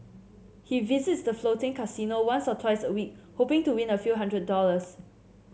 he visits the floating casino once or twice a week hoping to win a few hundred dollars